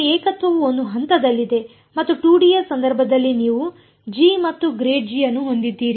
ಅಲ್ಲಿ ಏಕತ್ವವು ಒಂದು ಹಂತದಲ್ಲಿದೆ ಮತ್ತು 2D ಯ ಸಂದರ್ಭದಲ್ಲಿ ನೀವು ಮತ್ತು ಅನ್ನು ಹೊಂದಿದ್ದೀರಿ